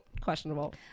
Questionable